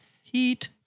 Heat